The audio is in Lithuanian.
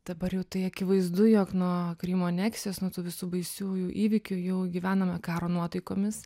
dabar jau tai akivaizdu jog nuo krymo aneksijos nuo tų visų baisiųjų įvykių jau gyvename karo nuotaikomis